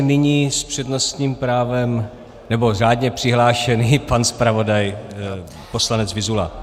Nyní s přednostním právem nebo řádně přihlášený pan zpravodaj poslanec Vyzula.